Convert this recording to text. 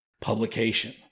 publication